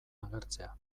agertzea